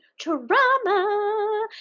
trauma